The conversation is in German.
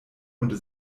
und